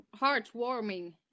heartwarming